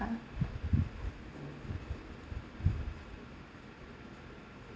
uh